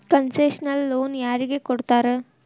Concessional loan ಯಾರಿಗ್ ಕೊಡ್ತಾರ?